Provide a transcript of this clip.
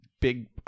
big